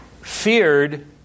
feared